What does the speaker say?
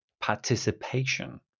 participation